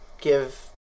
give